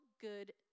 good